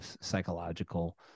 psychological